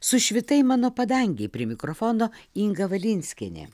sušvitai mano padangėj prie mikrofono inga valinskienė